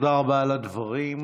תודה רבה על הדברים.